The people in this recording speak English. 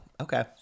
okay